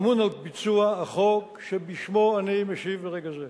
האמון על ביצוע החוק, ושבשמו אני משיב ברגע זה.